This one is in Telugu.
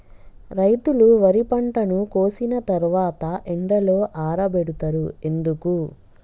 రైతులు వరి పంటను కోసిన తర్వాత ఎండలో ఆరబెడుతరు ఎందుకు?